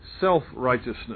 self-righteousness